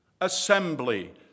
assembly